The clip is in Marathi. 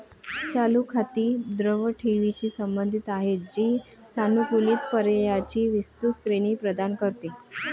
चालू खाती द्रव ठेवींशी संबंधित आहेत, जी सानुकूलित पर्यायांची विस्तृत श्रेणी प्रदान करते